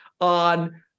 on